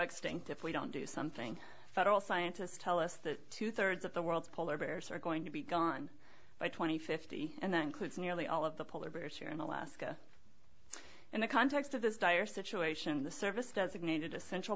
extinct if we don't do something federal scientists tell us that two thirds of the world's polar bears are going to be gone by twenty fifty and that includes nearly all of the polar bears here in alaska in the context of this dire situation in the service designated essential